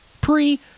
pre-